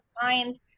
find